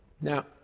Now